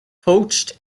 poached